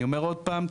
אני אומר עוד פעם,